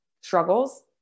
struggles